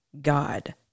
God